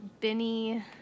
Benny